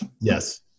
Yes